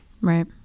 Right